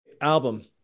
Album